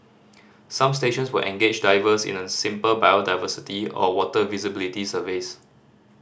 some stations will engage divers in a simple biodiversity or water visibility surveys